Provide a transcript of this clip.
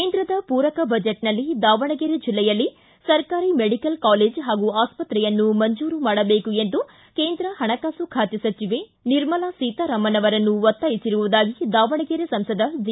ಕೇಂದ್ರದ ಪೂರಕ ಬಜೆಟ್ನಲ್ಲಿ ದಾವಣಗೆರೆ ಜಿಲ್ಲೆಯಲ್ಲಿ ಸರ್ಕಾರಿ ಮೆಡಿಕಲ್ ಕಾಲೇಜ್ ಹಾಗೂ ಆಸ್ಪತ್ರೆಯನ್ನು ಮಂಜೂರು ಮಾಡಬೇಕು ಎಂದು ಕೇಂದ್ರ ಹಣಕಾಸು ಖಾತೆ ಸಚಿವೆ ನಿರ್ಮಲಾ ಸೀತಾರಾಮನ್ ಅವರನ್ನು ಒತ್ತಾಯಿಸಿರುವುದಾಗಿ ದಾವಣಗೆರೆ ಸಂಸದ ಜಿ